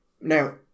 now